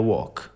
Walk